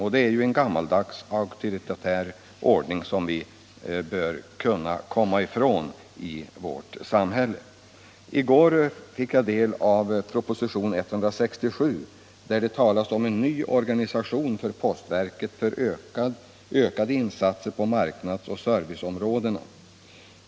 Postverkets ”rutin” är en gammaldags, auktoritär ordning som vi bör kunna komma ifrån i vårt samhälle. I går fick jag del av propositionen 167, där det talas om en ny organisation för postverket för ökade insatser på marknads och serviceområdena.